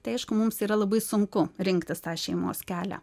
tai aišku mums yra labai sunku rinktis tą šeimos kelią